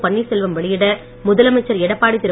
பன்னீர்செல்வம் வெளியிட முதலமைச்சர் எடப்பாடி திரு